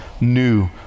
new